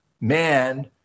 man